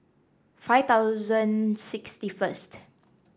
five thousand sixty first